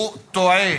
הוא טועה.